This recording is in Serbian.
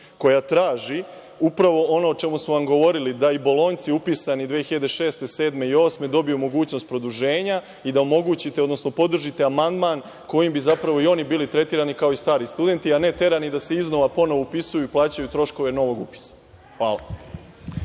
koja traži upravo ono o čemu smo vam govorili, da i bolonjci upisani 2006. 2007. i 2008. godine dobiju mogućnost produženja i da omogućite, odnosno podržite amandman kojim bi zapravo i oni bili tretirani kao i stari studenti, a ne terani da se iznova ponovo upisuju i plaćaju troškove novog upisa. Hvala.